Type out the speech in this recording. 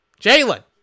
Jalen